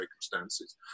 circumstances